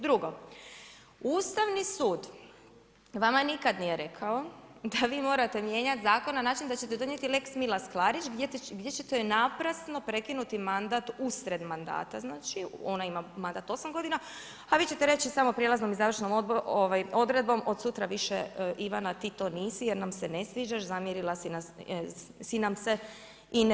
Drugo, Ustavni sud vama nikad nije rekao da vi morate mijenjati zakon na način da ćete donijeti lex Milas Klarić gdje ćete joj naprasno prekinuti mandat usred mandata, znači, ona ima mandat 8 godina a vi ćete reći samo prijelaznom i završnom odredbom od sutra više Ivana ti to nisi jer nam se ne sviđaš, zamjerila si nam se i ne